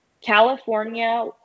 California